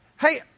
hey